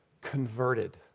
converted